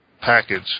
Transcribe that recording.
package